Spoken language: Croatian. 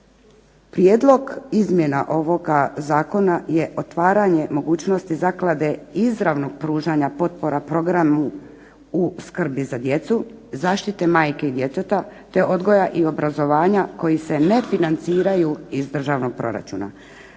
Prijedlog izmjena ovoga zakona je otvaranje mogućnosti zaklade izravnom pružanja potpora programu u skrbi za djecu, zaštiti majke i djeteta, te odgoja i obrazovanje koji se ne financiraju iz državnog proračuna.